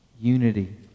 unity